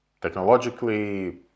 technologically